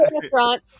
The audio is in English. restaurant